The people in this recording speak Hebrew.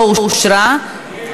נתקבלה.